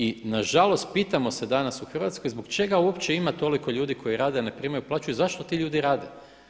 I nažalost pitamo se danas u Hrvatskoj zbog čega uopće ima toliko ljudi koji rade a ne primaju plaću i zašto ti ljudi rade?